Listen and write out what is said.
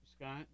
Scott